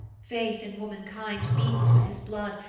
faith in womankind beats with his blood,